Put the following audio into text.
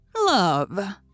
Love